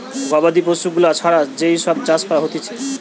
গবাদি পশু গুলা ছাড়া যেই সব চাষ করা হতিছে